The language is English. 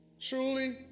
truly